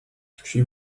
she